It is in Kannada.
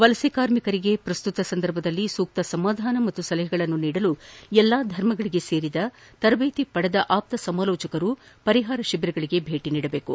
ವಲಸೆ ಕಾರ್ಮಿಕರಿಗೆ ಪ್ರಸ್ತುತ ಸಂದರ್ಭದಲ್ಲಿ ಸೂಕ್ತ ಸಮಾಧಾನ ಮತ್ತು ಸಲಹೆಗಳನ್ನು ನೀಡಲು ಎಲ್ಲಾ ಧರ್ಮಗಳಿಗೆ ಸೇರಿದ ತರಬೇತಿ ಪಡೆದ ಆಪ್ತ ಸಮಾಲೋಚಕರು ಪರಿಹಾರ ಶಿಬಿರಗಳಿಗೆ ಭೇಟಿ ನೀಡಬೇಕು